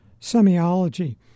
semiology